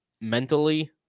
mentally